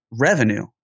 revenue